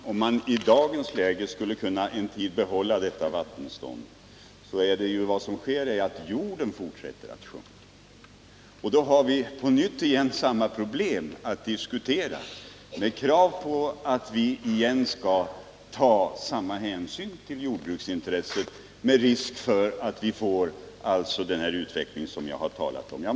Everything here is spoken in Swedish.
Fru talman! Vad som sker i dagens läge, om man skulle behålla det vattenstånd som föreslås, är att markytan fortsätter att sjunka. Då kommer vi på nytt att ställas inför samma problem, dvs. inför kravet på att hänsyn skall tas till jordbruksintresset — med risk för den utveckling som jag här har talat om.